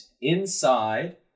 inside